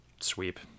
sweep